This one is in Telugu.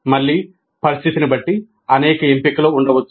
మళ్ళీ పరిస్థితిని బట్టి అనేక ఎంపికలు ఉండవచ్చు